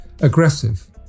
aggressive